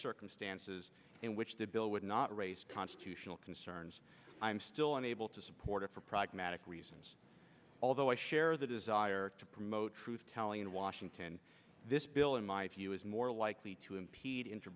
circumstances in which the bill would not raise constitutional concerns i am still unable to support it for programmatic reasons although i share the desire to promote truth telling in washington this bill in my view is more likely to impede in